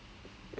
it was so